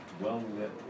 well-lit